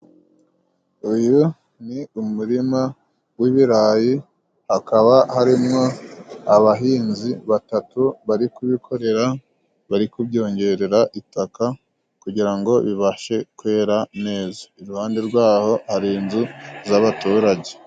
Uyu ni umurima w'ibirayi hakaba harimwo abahinzi batatu bari kubikorera bari kubyongerera itaka kugira ngo bibashe kwera neza iruhande rwaho hari inzu z'abaturage.